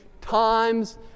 times